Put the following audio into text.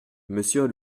monsieur